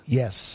yes